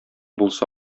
булса